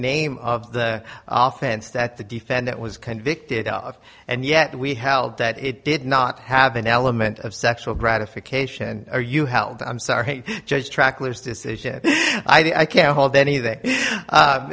name of the offense that the defendant was convicted of and yet we held that it did not have an element of sexual gratification or you held i'm sorry judge trackless decision i can't hold any